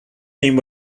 name